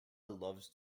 loves